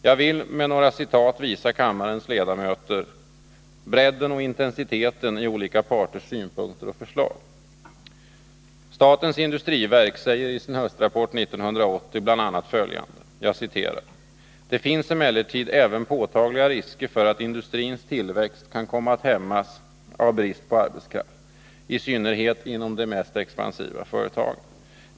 Jag vill med några citat visa kammarens ledamöter på bredden och intensiteten när det gäller olika parters synpunkter och förslag. Statens industriverk säger i sin höstrapport 1980 bl.a. följande: ”Det finns emellertid även påtagliga risker för att industrins tillväxt kan komma att hämmas av brist på arbetskraft, i synnerhet inom de mest expansiva företagen.